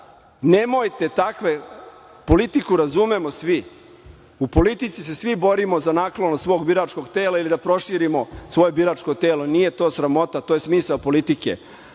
Nemojte takve..Politiku razumemo svi, u politici se svi borimo za naklonost svog biračkog tela, ili da proširimo svoje biračko telo, nije to sramota, to je smisao politike,